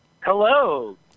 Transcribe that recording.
Hello